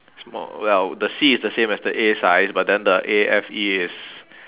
small well the C is the same as the A size but then the A F E is